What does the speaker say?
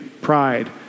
pride